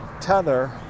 tether